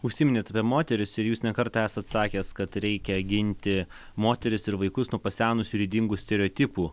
užsiminėt apie moteris ir jūs ne kartą esat sakęs kad reikia ginti moteris ir vaikus nuo pasenusių ir ydingų stereotipų